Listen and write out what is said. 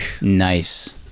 nice